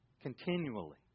Continually